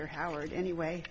you're howard anyway